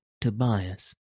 Tobias